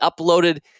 uploaded